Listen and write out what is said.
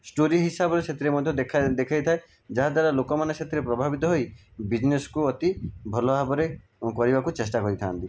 story ହିସାବରେ ସେଥିରେ ମଧ୍ୟ ଦେଖାଇଥାଏ ଯାହାଦ୍ୱାରା ଲୋକମାନେ ସେଥିରେ ପ୍ରଭାବିତ ହୋଇ ବିଜିନେସ୍କୁ ଅତି ଭଲ ଭାବରେ କରିବାକୁ ଚେଷ୍ଟା କରିଥାନ୍ତି